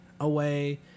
away